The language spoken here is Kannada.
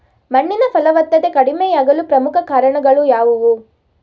ಮಣ್ಣಿನ ಫಲವತ್ತತೆ ಕಡಿಮೆಯಾಗಲು ಪ್ರಮುಖ ಕಾರಣಗಳು ಯಾವುವು?